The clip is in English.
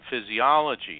physiology